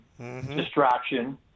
distraction